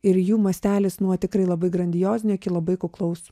ir jų mastelis nuo tikrai labai grandiozinio iki labai kuklaus